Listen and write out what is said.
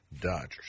Dodgers